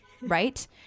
right